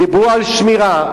דיברו על שמירה,